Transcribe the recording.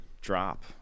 drop